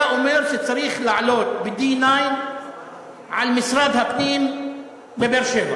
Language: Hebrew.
היה אומר שצריך לעלות ב-D9 על משרד הפנים בבאר-שבע.